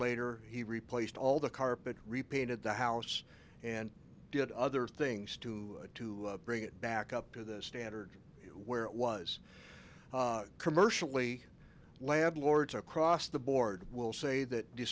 later he replaced all the carpet repainted the house and did other things too to bring it back up to the standard where it was commercially landlords across the board will say that